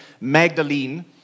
Magdalene